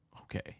okay